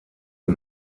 eux